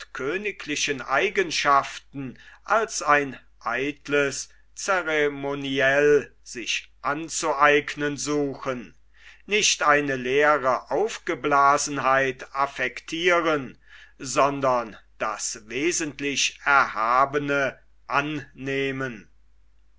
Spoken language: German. königlichen eigenschaften als ein eitles ceremoniell sich anzueignen suchen nicht eine leere aufgeblasenheit affektiren sondern das wesentlich erhabene annehmen